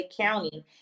county